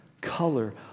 color